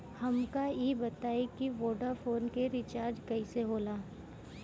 हमका ई बताई कि वोडाफोन के रिचार्ज कईसे होला?